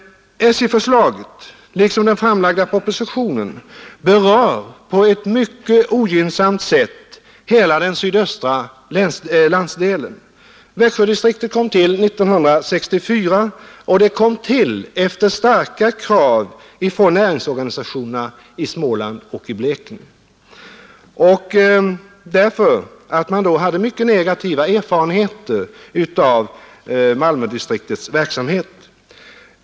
SJ-förslaget, liksom den framlagda propositonen, berör på ett mycket ogynnsamt sätt hela den sydöstra landsdelen. Växjödistriktet kom till 1964 efter starka krav från näringsorganisationerna i Småland och Blekinge, därför att man då hade mycket negativa erfarenheter av Malmödistriktets verksamhet.